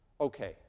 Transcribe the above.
Okay